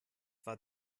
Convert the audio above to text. war